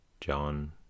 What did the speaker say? John